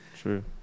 True